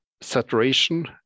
saturation